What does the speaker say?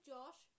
Josh